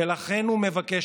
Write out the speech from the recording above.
ומכאן